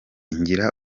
ngira